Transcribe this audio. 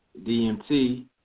DMT